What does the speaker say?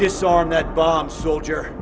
disarm the bomb soldier